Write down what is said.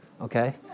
okay